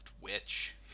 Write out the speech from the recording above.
witch